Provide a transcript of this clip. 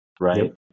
Right